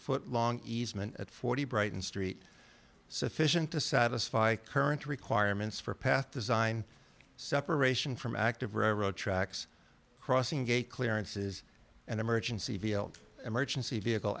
foot long easement at forty brighton street sufficient to satisfy current requirements for path design separation from active railroad tracks crossing gate clearances and emergency field emergency vehicle